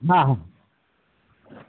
হ্যাঁ হ্যাঁ